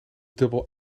dubbel